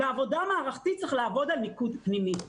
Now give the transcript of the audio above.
בעבודה מערכתית צריך לעבוד על מיקוד פנימי.